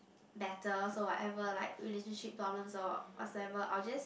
better so whatever like relationship problems or whatever I will just